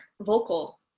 vocal